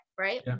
right